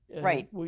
Right